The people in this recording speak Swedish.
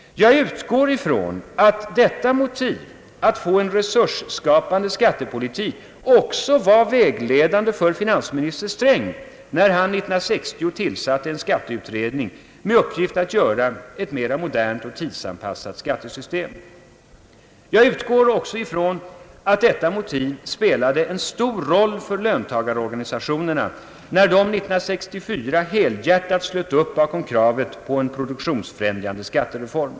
Jag utgår från att detta motiv — att få en resursskapande skattepolitik — också var vägledande för finansminister Sträng när han 1960 tillsatte en skatteutredning med uppgift att göra ett mera modernt och tidsanspassat skattesystem. Jag utgår ifrån att detta motiv spelade en stor roll för löntagarorganisationerna när de 1964 helhjärtat slöt upp bakom kravet på en produktionsfrämjande skattereform.